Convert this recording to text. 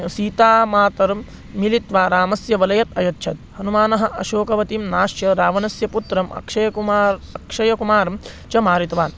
सीता मातरं मिलित्वा रामस्य वलयम् अयच्छत् हनूमान् अशोकवनं नाशयित्वा रावणस्य पुत्रम् अक्षयकुमारम् अक्षयकुमारं च मारितवान्